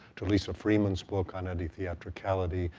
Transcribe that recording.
to lisa freeman's book on anti-theatricality,